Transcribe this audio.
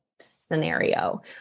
scenario